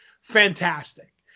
fantastic